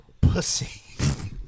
Pussy